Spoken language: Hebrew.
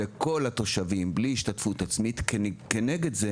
לכל התושבים בלי השתתפות עצמית כנגד זה,